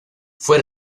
fue